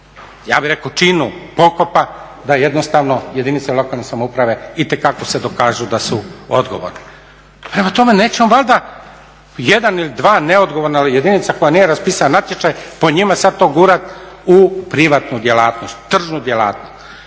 ja bih rekao činu pokopa da jednostavno jedinice lokalne samouprave itekako se dokažu da su odgovorne. Prema tome nećemo valjda jedan ili dva neodgovorna jedinica koja nije raspisala natječaj po njima sada to gurati u privatnu djelatnost u tržnu djelatnost.